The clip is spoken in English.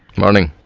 morning